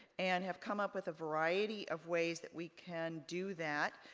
and have come up with a variety of ways that we can do that.